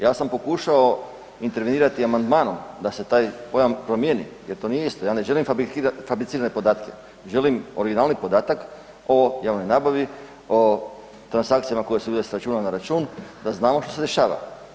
Ja sam pokušao intervenirati amandmanom da se taj pojam promijeni jer to nije isto, ja ne želim fabricirane podatke, želim originalni podatak o javnoj nabavi, o transakcijama koje su bile sa računa na račun, da znamo šta se dešava.